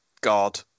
God